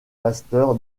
pasteur